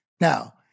Now